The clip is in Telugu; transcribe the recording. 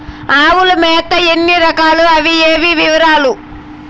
ఆవుల మేత ఎన్ని రకాలు? అవి ఏవి? వివరాలు?